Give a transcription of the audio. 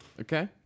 Okay